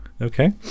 Okay